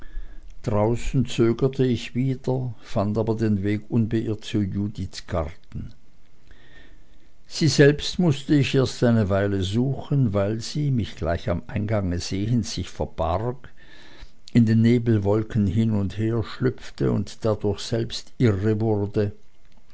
draußen zögerte ich wieder fand aber den weg unbeirrt zu judiths garten sie selbst mußte ich erst eine weile suchen weil sie mich gleich am eingange sehend sich verbarg in den nebelwolken hin und her schlüpfte und dadurch selbst irre wurde